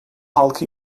halkı